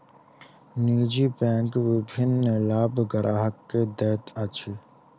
निजी बैंक विभिन्न लाभ ग्राहक के दैत अछि